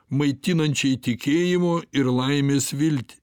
maitinančiai tikėjimo ir laimės viltį